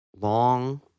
Long